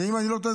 אם אני לא טועה,